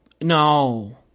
No